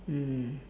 mm